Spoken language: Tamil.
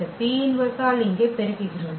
இந்த P−1 ஆல் இங்கே பெருக்குகிறோம்